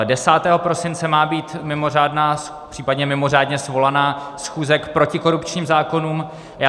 10. prosince má být mimořádná, případně mimořádně svolaná schůze k protikorupčním zákonům.